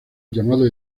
llamado